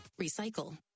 recycle